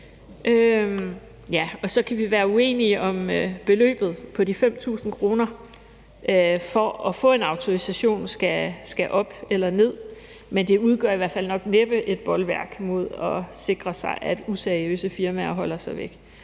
Så kan vi være uenige om, om beløbet på de 5.000 kr. for at få en autorisation skal op eller ned, men det udgør i hvert fald nok næppe et bolværk mod at sikre sig, at useriøse firmaer holder sig væk.